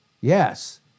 Yes